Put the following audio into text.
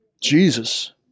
Jesus